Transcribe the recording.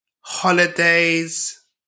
holidays